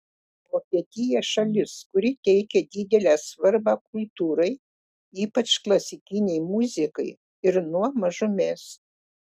vokietija šalis kuri teikia didelę svarbą kultūrai ypač klasikinei muzikai ir nuo mažumės